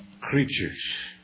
creatures